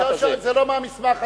זה לא מהמסמך הזה,